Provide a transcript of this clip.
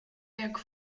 jak